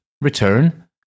Return